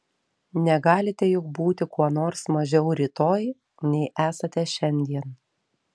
negalite juk būti kuo nors mažiau rytoj nei esate šiandien